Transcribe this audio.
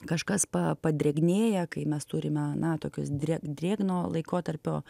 kažkas pa padrėgnėja kai mes turime na tokius drė drėgno laikotarpio